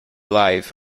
lives